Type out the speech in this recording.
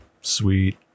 Sweet